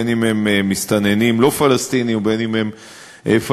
בין שהם מסתננים לא פלסטינים ובין שהם פלסטינים,